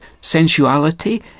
sensuality